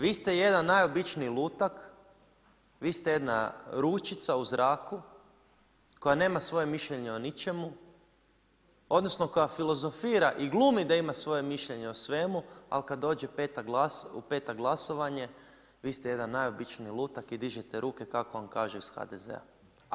Vi ste jedan najobičniji lutak, vi ste jedna ručica u zraku koja nema svoje mišljenje o ničemu odnosno koja filozofira i glumi da ima svoje mišljenje o svemu ali kada dođe u petak glasovanje vi ste jedan najobičniji lutak i dižete ruke kako vam kažu iz HDZ-a.